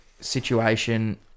situation